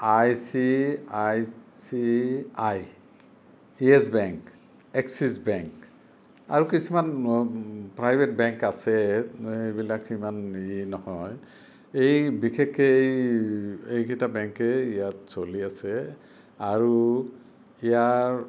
I C I C I Yes bank Axis bank আৰু কিছুমান private bank আছে এইবিলাক ইমান ই নহয় এই বিশেষকে এই এইকেইটা বেংকেই ইয়াত চলি আছে আৰু ইয়াৰ